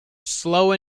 slow